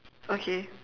okay